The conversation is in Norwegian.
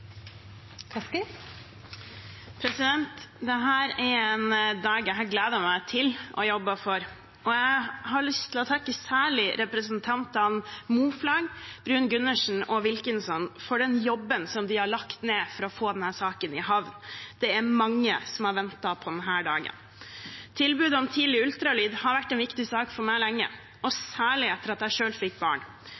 vore sagt her. Det vil gjere samfunnet vårt fattigare. Dette er en dag jeg har gledet meg til og jobbet for, og jeg har lyst til å takke særlig representantene Moflag, Bruun-Gundersen og Wilkinson for den jobben som de har lagt ned for å få denne saken i havn. Det er mange som har ventet på denne dagen. Tilbudet om tidlig ultralyd har vært en viktig sak for meg lenge, og